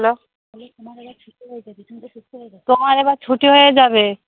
hello য তোমার এবার ছুটি হয়ে যাবে